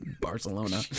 Barcelona